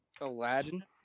Aladdin